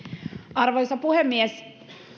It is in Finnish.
arvoisa puhemies